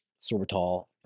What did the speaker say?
sorbitol